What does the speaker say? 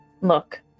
look